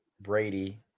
Brady